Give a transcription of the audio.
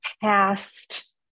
past